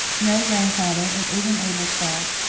no, grandfather, it isn't abel's fault.